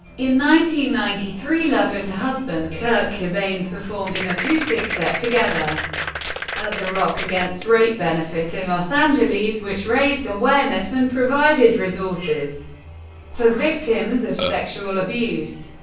ninety ninety three, love and husband kurt cobain performed an acoustic set together at the rock against rape benefit in los angeles, which raised awareness and provided resources for victims of sexual abuse.